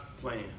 plan